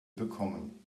bekommen